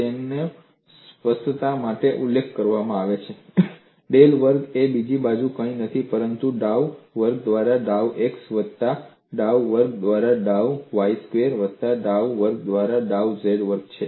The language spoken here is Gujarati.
અને તેનો સ્પષ્ટતા માટે ઉલ્લેખ કરવામાં આવ્યો છે ડેલ વર્ગ એ બીજું કંઈ નથી પરંતુ ડાઉ વર્ગ દ્વારા ડાઉ x વર્ગ વત્તા ડાઉ વર્ગ દ્વારા ડાઉ y સ્ક્વેર વત્તા ડાઉ વર્ગ દ્વારા ડાઉ z વર્ગ